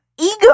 ego